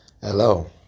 hello